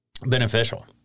beneficial